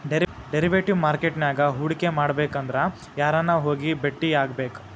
Derivative market ನ್ಯಾಗ್ ಹೂಡ್ಕಿಮಾಡ್ಬೆಕಂದ್ರ ಯಾರನ್ನ ಹೊಗಿ ಬೆಟ್ಟಿಯಾಗ್ಬೇಕ್?